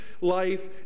life